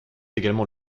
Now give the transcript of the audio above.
également